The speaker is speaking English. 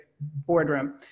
boardroom